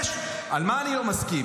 חמש, על מה אני לא מסכים?